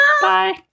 Bye